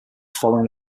following